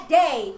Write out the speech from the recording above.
day